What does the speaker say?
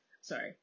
Sorry